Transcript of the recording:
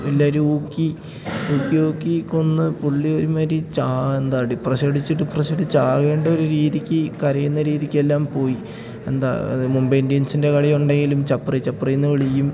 എല്ലാരൂക്കി ഊക്കി ഊക്കി കൊന്ന് പുള്ളി ഒരുമാതിരി ചാ എന്താ ഡിപ്രഷടിച്ച് ഡിപ്രഷടിച്ച് ചാകേണ്ടൊരു രീതിക്ക് കരയുന്ന രീതിക്കെല്ലാം പോയി എന്താ അത് മുംബൈ ഇന്ത്യൻസിൻ്റെ കളി ഉണ്ടെങ്കിലും ചപ്രീ ചപ്രീയെന്ന് വിളിക്കും